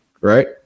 right